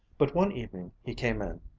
but one evening he came in,